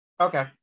Okay